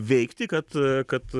veikti kad kad